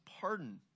pardon